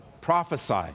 Prophesy